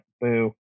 Boo